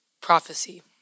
prophecy